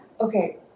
Okay